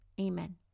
Amen